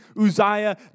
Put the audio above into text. Uzziah